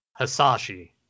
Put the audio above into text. Hasashi